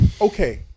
okay